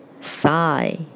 Sigh